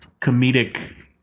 comedic